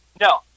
No